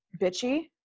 bitchy